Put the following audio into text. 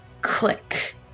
click